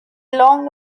long